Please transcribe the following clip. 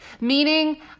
meaning